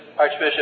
Archbishop